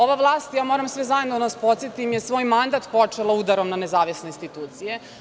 Ova vlast, moram sve zajedno da vas podsetim, je svoj mandat počela udarom na nezavisne institucije.